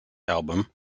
album